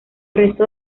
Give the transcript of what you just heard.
resto